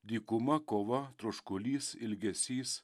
dykuma kova troškulys ilgesys